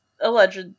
alleged